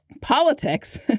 Politics